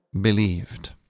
believed